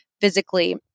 physically